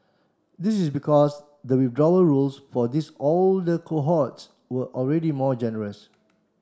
this is because the withdrawal rules for these older cohorts were already more generous